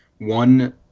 One